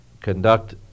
conduct